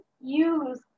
use